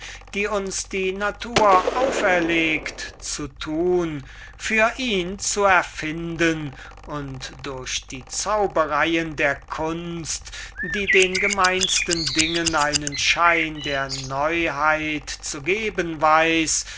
die uns die natur auferlegt zu tun für ihn zu erfinden und durch die zaubereien der kunst die den gemeinsten dingen einen schein der neuheit zu geben weiß